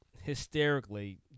hysterically